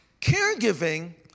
Caregiving